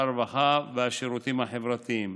הרווחה והשירותים החברתיים.